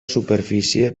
superfície